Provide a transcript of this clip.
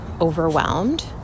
overwhelmed